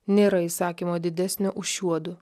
nėra įsakymo didesnio už šiuodu